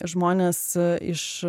žmones iš